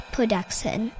Production